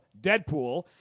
Deadpool